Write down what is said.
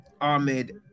Ahmed